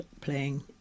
playing